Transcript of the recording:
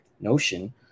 notion